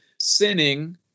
sinning